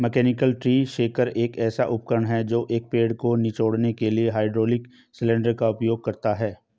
mechanical tree shaker एक ऐसा उपकरण है जो एक पेड़ को निचोड़ने के लिए हाइड्रोलिक सिलेंडर का उपयोग करता है